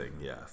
yes